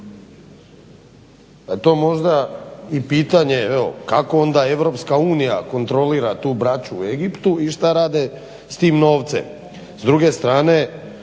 je možda i pitanje kako onda Europska unija kontrolira tu braću u Egiptu i šta rade s tim novcem.